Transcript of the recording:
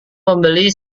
membeli